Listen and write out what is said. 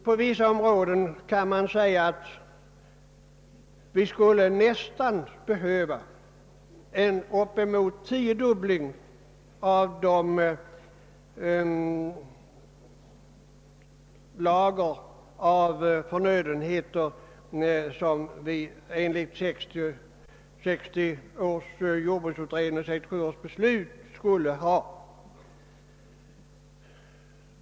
På vissa områden skulle vi nästan behöva en tiodubbling av lagren av förnödenheter enligt 1960 års jordbruksutredning och 1967 års beslut.